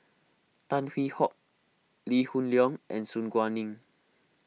Tan Hwee Hock Lee Hoon Leong and Su Guaning